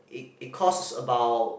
it it costs about